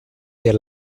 their